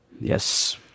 Yes